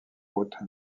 haute